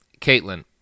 Caitlin